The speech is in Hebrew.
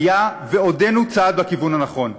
היה ועודנו צעד בכיוון הנכון,